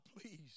please